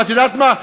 ואת יודעת מה?